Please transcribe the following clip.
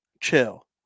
Chill